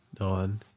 on